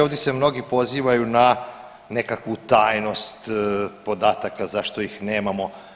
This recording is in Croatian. Ovdje se mnogi pozivaju na nekakvu tajnost podataka zašto ih nemamo.